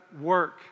work